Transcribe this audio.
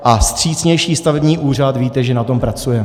A vstřícnější stavební úřad víte, že na tom pracujeme.